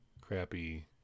crappy